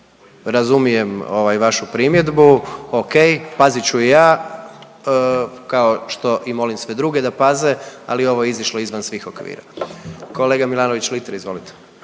Razumijem ovaj vašu primjedbu, okej, pazit ću i ja, kao što i molim sve druge da paze, ali ovo je izašlo izvan svih okvira. Kolega Milanović Litre izvolite.